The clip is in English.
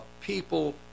people